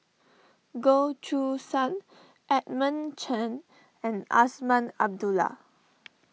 Goh Choo San Edmund Chen and Azman Abdullah